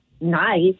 nice